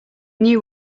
knew